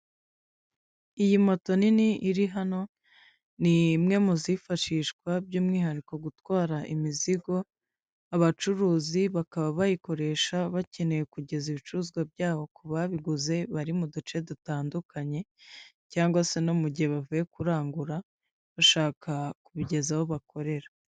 Iyi moto nini iri hano ni imwe mu zifashishwa by'umwihariko gutwara imizigo, abacuruzi bakaba bayikoresha bakeneye kugeza ibicuruzwa byabo ku babiguze bari mu duce dutandukanye, cyangwa se no mu gihe bavuye kurangura bashaka kubigeza aho bakorera.